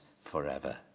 forever